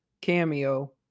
cameo